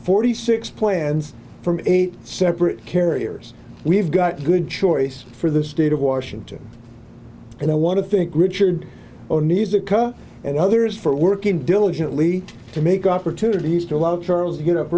forty six plans from eight separate carriers we've got a good choice for the state of washington and i want to think richard oh needs to come and others for working diligently to make opportunities to love charles get up